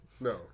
No